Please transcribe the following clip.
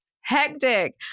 hectic